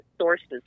sources